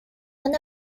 one